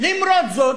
למרות זאת,